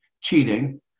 cheating